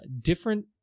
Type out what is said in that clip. different